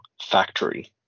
factory